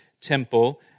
temple